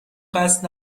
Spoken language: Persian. قصد